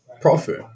profit